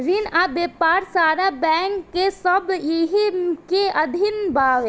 रिन आ व्यापार सारा बैंक सब एही के अधीन बावे